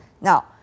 Now